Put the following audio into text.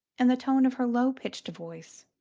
and the tones of her low-pitched voice.